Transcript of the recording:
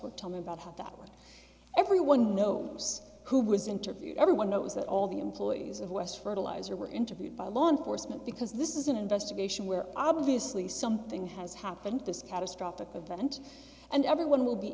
would tell me about how that everyone knows who was interviewed everyone knows that all the employees of west fertilizer were interviewed by law enforcement because this is an investigation where obviously something has happened this catastrophic event and everyone will be